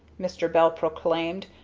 mr. bell proclaimed,